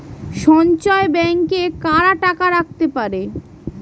সঞ্চয় ব্যাংকে কারা টাকা রাখতে পারে?